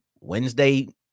Wednesday